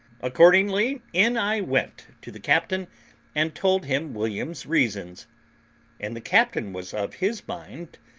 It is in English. accordingly in i went to the captain and told him william's reasons and the captain was of his mind,